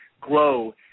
grow